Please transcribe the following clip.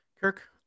Kirk